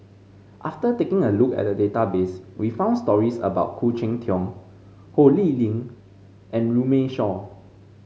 after taking a look at the database we found stories about Khoo Cheng Tiong Ho Lee Ling and Runme Shaw